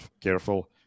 careful